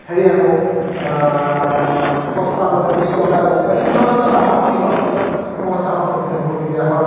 হেৰি আনো বস্তা আনোতে বিছ টকা লয় তেনেকৈ ধৰণৰ এটা ডাঙৰ বৃহৎ এটা সমস্যাৰ সন্মুখীন হ'বলগীয়া হয়